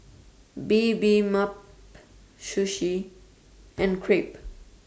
Bibimbap Sushi and Crepe